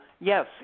yes